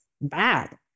bad